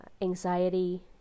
anxiety